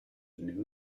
new